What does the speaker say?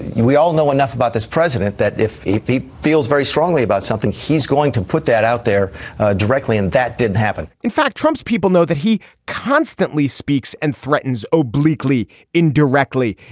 we all know enough about this president that if if he feels very strongly about something he's going to put that out there directly and that didn't happen in fact trump's people know that he constantly speaks and threatens obliquely indirectly.